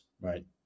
right